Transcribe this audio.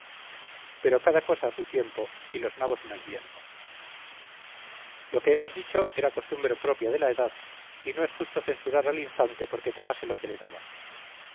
pero cada cosa a su tiempo y los nabos en adviento lo que hemos dicho era costumbre propia de la edad y no es justo censurar al infante porque tomase lo que le daban